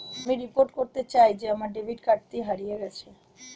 আমি রিপোর্ট করতে চাই যে আমার ডেবিট কার্ডটি হারিয়ে গেছে